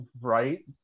right